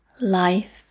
life